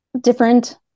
different